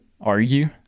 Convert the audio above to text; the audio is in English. argue